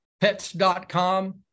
Pets.com